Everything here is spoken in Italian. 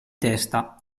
testa